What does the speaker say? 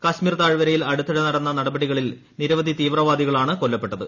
കശ്മീർ താഴ്വരയിൽ അടുത്തിടെ നടന്ന നടപടികളിൽ നിരവധി തീവ്രവാദികളാണ് കൊല്ലപ്പെട്ടത്